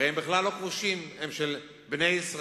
הרי הם בכלל לא כבושים, הם של בני ישראל.